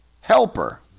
helper